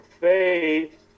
faith